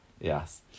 Yes